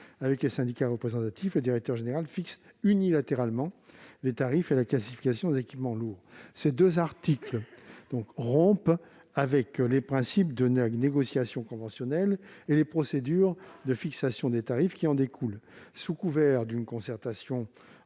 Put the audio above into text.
avec les syndicats représentatifs, le directeur général fixe unilatéralement les tarifs et la classification des équipements lourds. Ces deux articles rompent avec les principes de la négociation conventionnelle et les procédures de fixation des tarifs qui en découlent. Sous couvert d'une concertation entre le